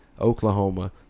Oklahoma